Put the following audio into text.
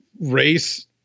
race